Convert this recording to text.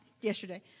yesterday